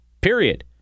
Period